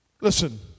Listen